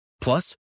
Plus